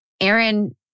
Aaron